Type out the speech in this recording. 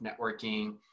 networking